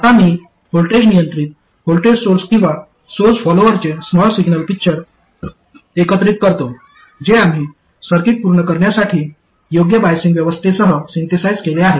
आता मी व्होल्टेज नियंत्रित व्होल्टेज सोर्स किंवा सोर्स फॉलोअरचे स्मॉल सिग्नल पिक्चर एकत्रित करतो जे आम्ही सर्किट पूर्ण करण्यासाठी योग्य बायसिंग व्यवस्थेसह सिंथेसाइझ केले आहे